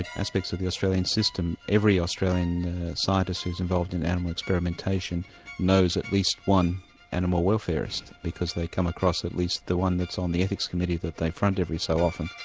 aspects of the australian system every australian scientist who's involved in animal experimentation knows at least one animal welfarist, because they come across at least the one on the ethics committee that they front every so often.